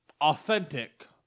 authentic